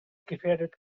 gefährdet